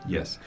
Yes